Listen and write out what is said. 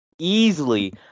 easily